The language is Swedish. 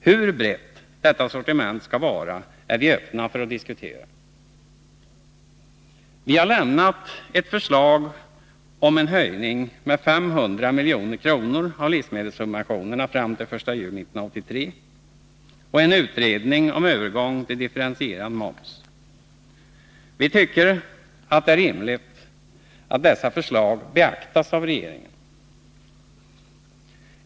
Hur brett detta sortiment skall vara är vi öppna för att diskutera. Vi har lämnat ett förslag om en höjning med 500 milj.kr. av livsmedelssubventionerna fram till den 1 juli 1983 och en utredning om övergång till differentierad moms. Vi tycker att det är rimligt att dessa förslag beaktas av regeringen.